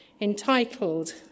entitled